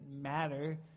matter